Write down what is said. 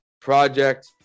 Project